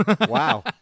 Wow